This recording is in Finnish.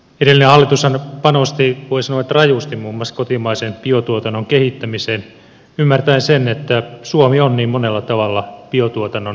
edellinen hallitushan panosti voi sanoa että rajusti muun muassa kotimaisen biotuotannon kehittämiseen ymmärtäen sen että suomi on niin monella tavalla biotuotannon mahtimaa